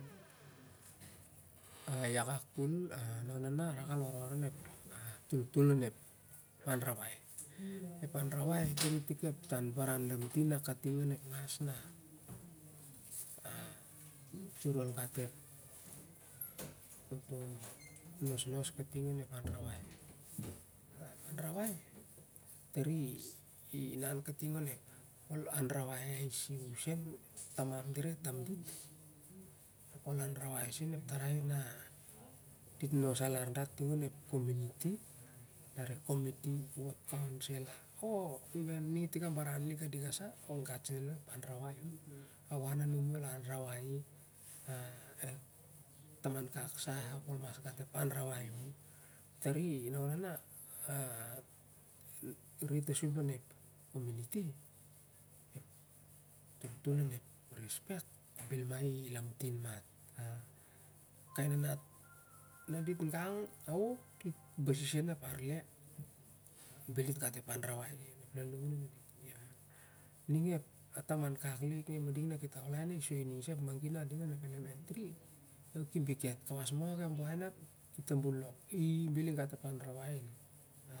Ali ia kak koi naona ah rak al warwar onep toltol onep ara wai, anrawai tari tik ep taubaran lamtin na kating onep ngos na ol gat em nosnos onep aurawei. Anrawai tari inah katng onep, ol mas anrawai ah si hu sen tamam dire tamdit d anrawai se ep tarai na dit nos alar dat ting onep cominity lar ep comiti, wot kansela oh even lar i tik ah baran lik na niga sa ol mas gat sem a lo ep anrawai on ah wan a nun i ol anrawai i oh taman kak sah na ning, ol mas anrawai i, tari naona alu re tasum lan ep comity onep respect bel ma i lamtin mat ahh- kai nanat na dit gat ep anrawai ting onep lalun ah nudit, ning ah taman ka lik i soi nin sah ah magi lik na ding onep elementry ki biket na kon kawas buai na i bel eg; total onep an rawai i ding.